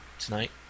Tonight